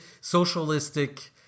socialistic